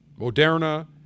Moderna